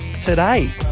today